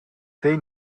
they